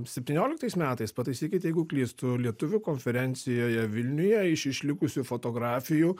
septynioliktais metais pataisykit jeigu klystu lietuvių konferencijoje vilniuje iš išlikusių fotografijų